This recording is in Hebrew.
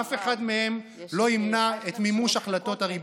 אף אחד מהם לא ימנע את מימוש החלטות הריבון.